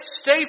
Stay